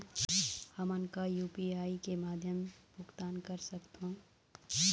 हमन का यू.पी.आई के माध्यम भुगतान कर सकथों?